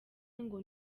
ngo